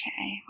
Okay